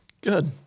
Good